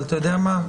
אבל אתה יודע מה,